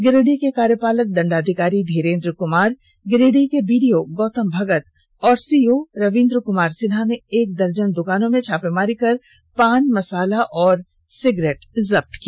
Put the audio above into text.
गिरिडीह के कार्यपालक दण्डाधिकारी धीरेंद्र क्मार गिरिडीह के बीडीओ गौतम भगत और सीओ रबीन्द्र कुमार सिन्हा ने एक दर्जन द्कानों में छापेमारी कर पान मसाला सिगरेट जब्त किया